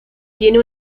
tiene